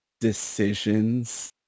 decisions